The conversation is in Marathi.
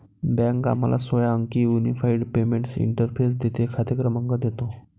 बँक आम्हाला सोळा अंकी युनिफाइड पेमेंट्स इंटरफेस देते, खाते क्रमांक देतो